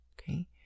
okay